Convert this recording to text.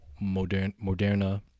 Moderna